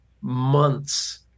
months